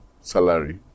salary